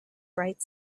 bright